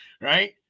right